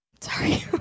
Sorry